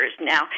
now